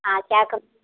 हाँ चार कमरे हैं